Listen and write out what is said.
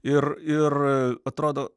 ir ir atrodo